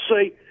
say